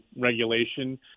regulation